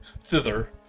Thither